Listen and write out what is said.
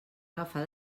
agafar